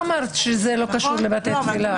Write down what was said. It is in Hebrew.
וגם את אמרת שזה לא קשור לבתי תפילה.